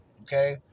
okay